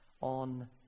on